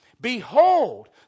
behold